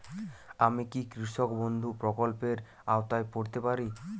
আমি কি কৃষক বন্ধু প্রকল্পের আওতায় পড়তে পারি?